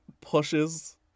pushes